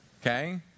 Okay